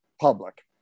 public